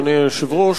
אדוני היושב-ראש,